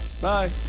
Bye